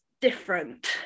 different